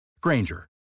Granger